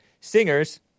singers